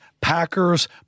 Packers